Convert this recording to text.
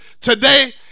today